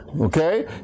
Okay